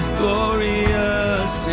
glorious